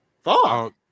Fuck